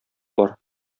бар